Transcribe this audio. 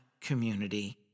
community